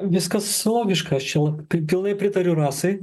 viskas logiška aš čia kaip pilnai pritariu rasai